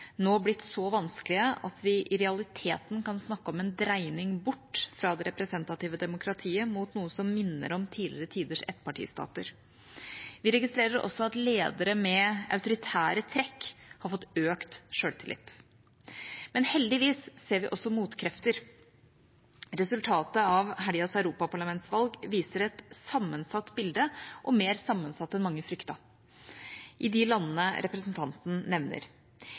nå blitt så vanskelige at vi i realiteten kan snakke om en dreining bort fra det representative demokratiet mot noe som minner om tidligere tiders ettpartistater. Vi registrerer også at ledere med autoritære trekk har fått økt selvtillit. Heldigvis ser vi også motkrefter. Resultatet av helgens europaparlamentsvalg viser et sammensatt bilde – mer sammensatt enn mange fryktet – i de landene representanten nevner.